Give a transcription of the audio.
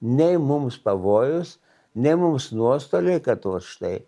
nei mums pavojus nei mums nuostoliai kad vat štai